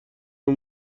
این